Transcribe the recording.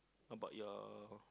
about your